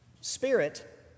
Spirit